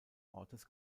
ortes